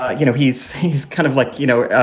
ah you know, he's he's kind of like, you know,